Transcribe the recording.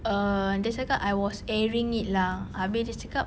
err dia cakap I was airing it lah habis dia cakap